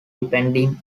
depending